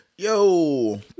Yo